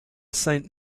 saint